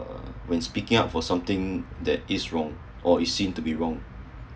uh when speaking out for something that is wrong or it seem to be wrong